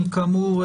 כאמור,